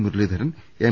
Muraleedharan M